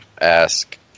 ask